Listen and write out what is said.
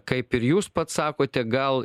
kaip ir jūs pats sakote gal